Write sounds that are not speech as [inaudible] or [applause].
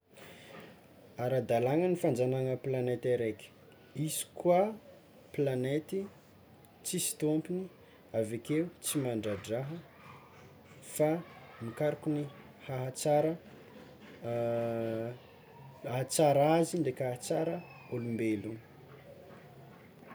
Ara-dalagna ny fanjagnahana planety araiky, izy koa planety tsisy tompony avekeo tsy mandra-draha fa mikaroky ny ahatsara [hesitation] ahatsara azy ndraiky ahatsara olombelogno.